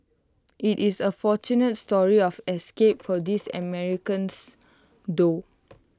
IT is A fortunate story of escape for these Americans though